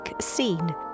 scene